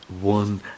one